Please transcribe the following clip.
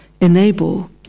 enable